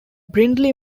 brindley